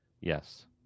yes